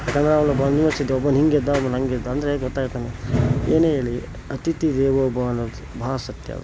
ಯಾಕಂದರೆ ಅವನು ಒಬ್ಬನು ಹೀಗಿದ್ದ ಒಬ್ಬನು ಹಾಗಿದ್ದ ಅಂದರೆ ಗೊತ್ತಾಯಿತು ನನಗೆ ಏನೇ ಹೇಳಿ ಅತಿಥಿ ದೇವೋ ಭವ ಅನ್ನೋದು ಬಹಳ ಸತ್ಯ ಅದು